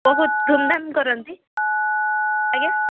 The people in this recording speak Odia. ବହୁତ ଧୁମ୍ଧାମ୍ କରନ୍ତି ଆଜ୍ଞା